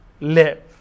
live